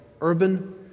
urban